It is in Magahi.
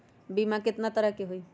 बीमा केतना तरह के होइ?